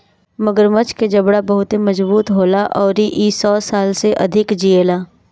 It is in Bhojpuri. मगरमच्छ के जबड़ा बहुते मजबूत होला अउरी इ सौ साल से अधिक जिएला